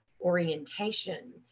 orientation